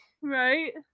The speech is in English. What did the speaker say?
Right